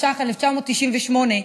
התשנ"ח 1998,